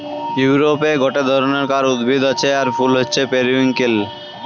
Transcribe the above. ইউরোপে গটে ধরণকার উদ্ভিদ আর ফুল হচ্ছে পেরিউইঙ্কেল